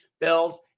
Bills